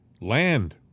Land